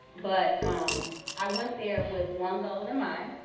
but um i went there with one goal in mind,